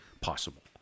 possible